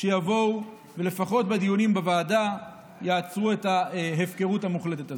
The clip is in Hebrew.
שיבואו ולפחות בדיונים בוועדה יעצרו את ההפקרות המוחלטת הזאת.